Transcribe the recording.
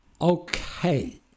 Okay